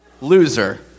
Loser